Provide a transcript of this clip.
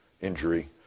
injury